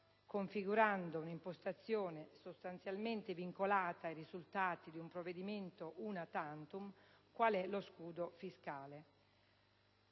configurando un'impostazione sostanzialmente vincolata ai risultati di un provvedimento *una tantum* qual è lo scudo fiscale.